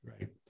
Right